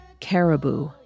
caribou